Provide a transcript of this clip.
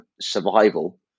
survival